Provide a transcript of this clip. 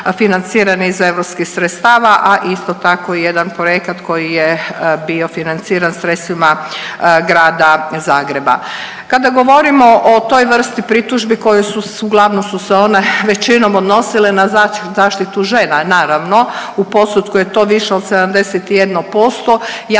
financiranih iz europskih sredstava, a isto tako i jedan projekat koji je bio financiran sredstvima Grada Zagreba. Kada govorimo o toj vrsti pritužbi koje su, uglavnom su se one većinom odnosile na zaštitu žena naravno, u postotku je to više od 71%.